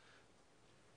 לאוויר.